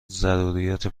ضروریات